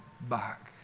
back